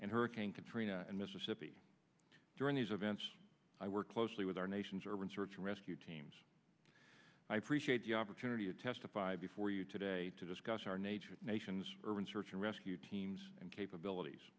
and hurricane katrina and mississippi during these events i work closely with our nation's urban search and rescue teams i appreciate the opportunity to testify before you today to discuss our nature nation's urban search and rescue teams and capabilities